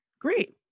great